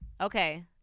Okay